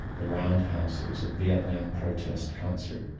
the roundhouse. it was a vietnam protest concert.